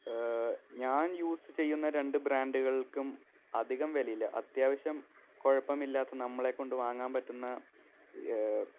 ഞാൻ യൂസ് ചെയ്യുന്ന രണ്ടു ബ്രാൻറ്റുകൾക്കും അധികം വിലയില്ല അത്യാവശ്യം കുഴപ്പമില്ലാത്ത നമ്മളെകൊണ്ട് വാങ്ങാൻ പറ്റുന്ന